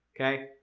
okay